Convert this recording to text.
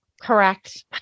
correct